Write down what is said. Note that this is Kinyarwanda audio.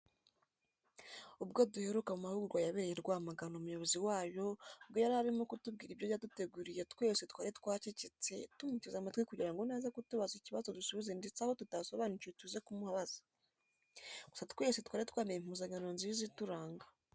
Ubwo duheruka mu mahugurwa yabereye i Rwamagana umuyobozi wayo ubwo yari arimo kutubwira ibyo yaduteguriye twese twari twacecetse tumuteze amatwi kugira ngo naza kutubaza ikibazo dusubize ndetse aho tutasobanukiwe tuze kuhamubaza, gusa twese twari twambaye impuzankano nziza ituranga.